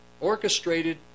Orchestrated